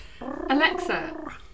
Alexa